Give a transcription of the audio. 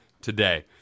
today